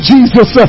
Jesus